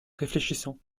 réfléchissant